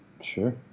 Sure